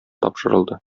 тапшырылды